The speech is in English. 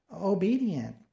obedient